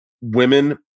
women